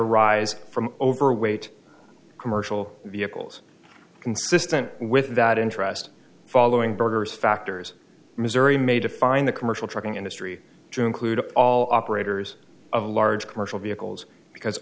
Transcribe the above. arise from overweight commercial vehicles consistent with that interest following birders factors missouri may define the commercial trucking industry drewe include all operators of large commercial vehicles because